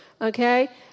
Okay